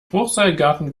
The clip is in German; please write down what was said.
hochseilgarten